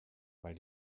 weil